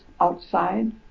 outside